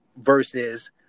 versus